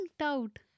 out